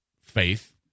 faith